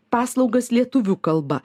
paslaugas lietuvių kalba